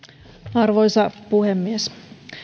arvoisa puhemies